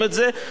מאיר,